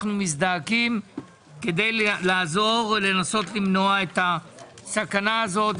מיד אנחנו מזדעקים כדי לנסות ולמנוע את הסכנה הזאת.